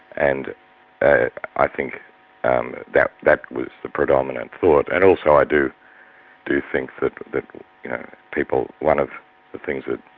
and ah i think um that that was the predominant thought. and also i do do think that that people, one of the things that,